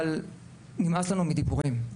אבל נמאס לנו מדיבורים.